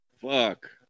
Fuck